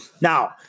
now